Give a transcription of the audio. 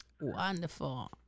Wonderful